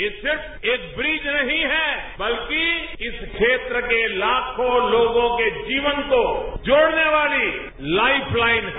ये सिर्फ एक ब्रिज नहीं है बल्कि इस क्षेत्र के लाखों लोगों के जीवन को जोड़ने वाली लाइफ लाइन है